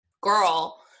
girl